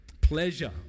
pleasure